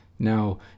Now